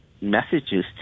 messages